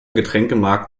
getränkemarkt